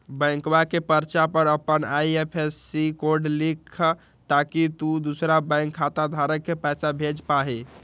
बैंकवा के पर्चा पर अपन आई.एफ.एस.सी कोड लिखा ताकि तु दुसरा बैंक खाता धारक के पैसा भेज पा हीं